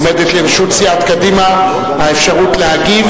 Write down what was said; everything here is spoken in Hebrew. עומדת לרשות סיעת קדימה האפשרות להגיב,